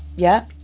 yeah,